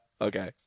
Okay